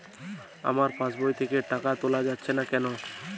আমার পাসবই থেকে টাকা তোলা যাচ্ছে না কেনো?